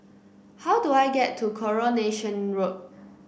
how do I get to Coronation Road